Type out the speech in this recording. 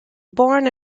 born